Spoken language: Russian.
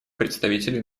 представителей